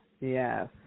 Yes